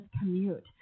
commute